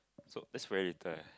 so it's very little leh